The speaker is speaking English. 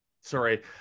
sorry